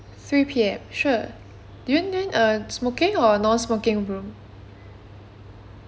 three P_M sure do you need a smoking or non smoking room